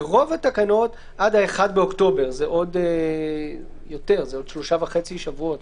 ורוב התקנות עד ה-1 באוקטובר שזה עוד שלושה וחצי שבועות.